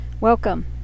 Welcome